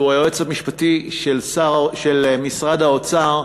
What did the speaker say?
שהוא היועץ המשפטי של משרד האוצר,